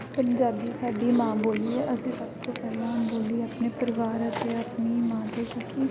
ਪੰਜਾਬੀ ਸਾਡੀ ਮਾਂ ਬੋਲੀ ਹੈ ਅਸੀਂ ਸਭ ਤੋਂ ਪਹਿਲਾਂ ਬੋਲੀ ਆਪਣੇ ਪਰਿਵਾਰ ਅਤੇ ਆਪਣੀ ਮਾਂ ਤੋਂ ਸਿੱਖੀ